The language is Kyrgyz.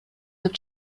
деп